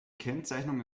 kennzeichnung